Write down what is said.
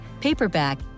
paperback